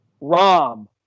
ROM